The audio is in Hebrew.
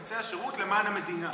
יבצע שירות למען המדינה,